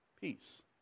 peace